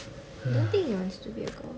I don't think he wants to be a girl